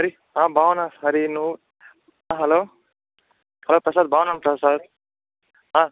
హరి బావున్నాను హరి నువ్వు హలో ప్రసాద్ బావున్నాను ప్రసాద్